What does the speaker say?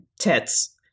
tits